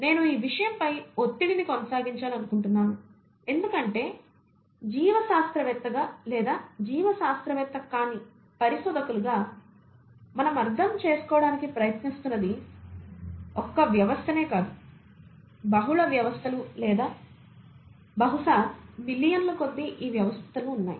నేను ఈ విషయంపై ఒత్తిడిని కొనసాగించాలనుకుంటున్నాను ఎందుకంటే జీవశాస్త్రవేత్తగా లేదా జీవశాస్త్రవేత్త కాని పరిశోధకులుగా మనం అర్థం చేసుకోవడానికి ప్రయత్నిస్తున్నది ఒక్క వ్యవస్థనే కాదు బహుళ వ్యవస్థలు లేదా బహుశా మిలియన్ల కొద్దీ ఈ వ్యవస్థలు ఉన్నాయి